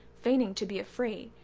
feigning to be afraid,